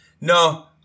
No